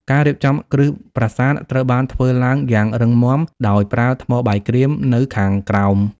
ការរៀបចំគ្រឹះប្រាសាទត្រូវបានធ្វើឡើងយ៉ាងរឹងមាំដោយប្រើថ្មបាយក្រៀមនៅខាងក្រោម។